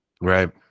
right